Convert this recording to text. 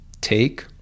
take